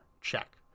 check